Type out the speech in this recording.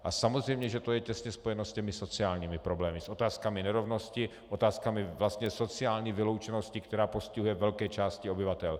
A samozřejmě že to je těsně spojeno se sociálními problémy, s otázkami nerovnosti, otázkami sociální vyloučenosti, která postihuje velké části obyvatel.